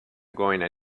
gonna